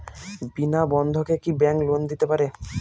বিনা বন্ধকে কি bank loan দিতে পারে?